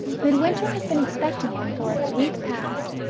midwinter has been expecting him for a week past,